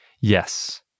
Yes